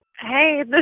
Hey